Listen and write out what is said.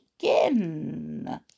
begin